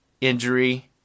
injury